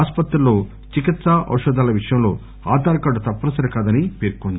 ఆస్పత్రుల్లో చికిత్స ఔషధాల విషయంలో ఆధార్ కార్గు తప్పనిసరి కాదని పేర్కొంది